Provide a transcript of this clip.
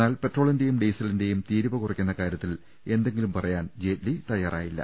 എന്നാൽ പെട്രോളി ന്റെയും ഡീസലിന്റെയും തീരുവ കുറക്കുന്ന കാര്യത്തിൽ എന്തെങ്കിലും പറയാൻ ജെയ്റ്റ്ലി തയ്യാറായില്ല